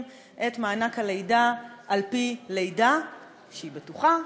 את מענק הלידה על-פי לידה שהיא בטוחה,